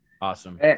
awesome